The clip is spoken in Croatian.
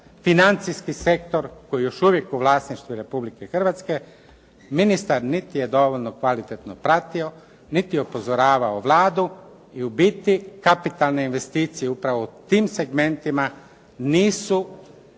financijski sektor koji je još uvijek u vlasništvu Republike Hrvatske ministar niti je dovoljno kvalitetno pratio, niti je upozoravao Vladu i u biti kapitalne investicije upravo u tim segmentima nisu motor